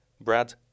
Brad